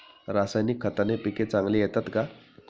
रासायनिक खताने पिके चांगली येतात का?